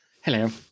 Hello